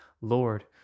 Lord